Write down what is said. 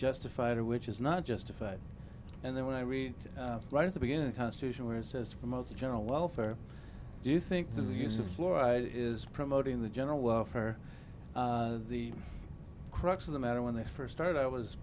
justified or which is not just a fact and then when i read right at the beginning the constitution where it says to promote the general welfare do you think the use of fluoride is promoting the general welfare of the crux of the matter when they first started i was